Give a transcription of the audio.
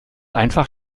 einfach